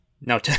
no